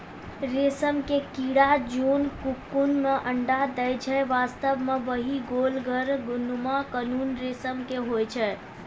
रेशम के कीड़ा जोन ककून मॅ अंडा दै छै वास्तव म वही गोल घर नुमा ककून रेशम के होय छै